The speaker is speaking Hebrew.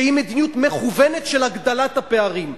שהיא מדיניות מכוונת של הגדלת הפערים.